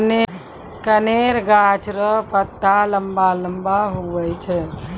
कनेर गाछ रो पत्ता लम्बा लम्बा हुवै छै